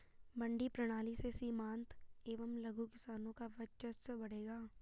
मंडी प्रणाली से सीमांत एवं लघु किसानों का वर्चस्व बढ़ेगा